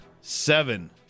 seven